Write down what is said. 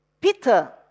Peter